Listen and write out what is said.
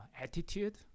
attitude